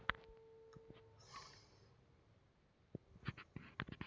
S Bank ATM card ಪೂರ್ತಿ ಹಳ್ದಿ ಬಣ್ಣದಿದ್ದು, ಬಲಕ್ಕ ಮ್ಯಾಲೆ ಅದರ್ದ್ ಲೊಗೊ ಇರ್ತೆತಿ